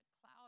cloud